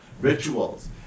rituals